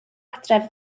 adref